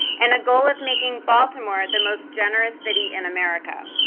and the goal of making baltimore the most generous city in america.